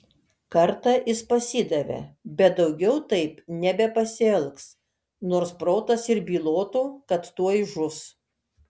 kartą jis pasidavė bet daugiau taip nebepasielgs nors protas ir bylotų kad tuoj žus